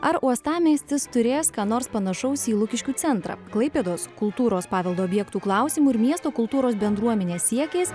ar uostamiestis turės ką nors panašaus į lukiškių centrą klaipėdos kultūros paveldo objektų klausimu ir miesto kultūros bendruomenės siekiais